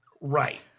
Right